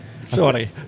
Sorry